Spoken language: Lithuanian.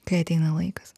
kai ateina laikas